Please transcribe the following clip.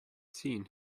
seen